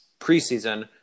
preseason